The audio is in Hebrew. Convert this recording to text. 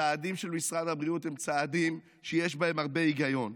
הצעדים של משרד הבריאות הם צעדים שיש בהם הרבה היגיון,